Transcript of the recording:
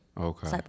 okay